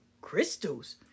crystals